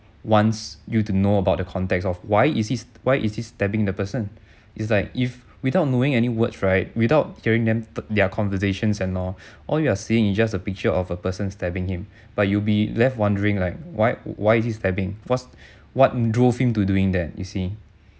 wants you to know about the context of why is why is he stabbing the person it's like if without knowing any words right without hearing them their conversations and all all you're seeing is just a picture of a person stabbing him but you'll be left wondering like why why is he stabbing what's what drove him to doing that you see